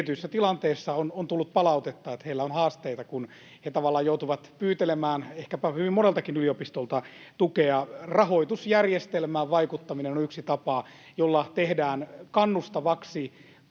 Tietyissä tilanteissa on tullut palautetta, että heillä on haasteita, kun he tavallaan joutuvat pyytelemään ehkäpä hyvin moneltakin yliopistolta tukea. Rahoitusjärjestelmään vaikuttaminen on yksi tapa, jolla tehdään kannustavaksi